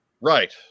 Right